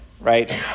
right